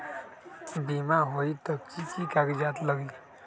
बिमा होई त कि की कागज़ात लगी?